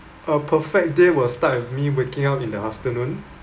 a perfect day will start with me waking up in the afternoon